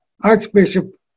Archbishop